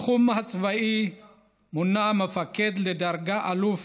בתחום הצבאי מונה מפקד לדרגת אלוף